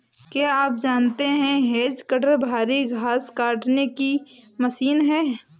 क्या आप जानते है हैज कटर भारी घांस काटने की मशीन है